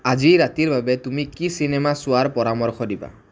আজি ৰাতিৰ বাবে তুমি কি চিনেমা চোৱাৰ পৰামৰ্শ দিবা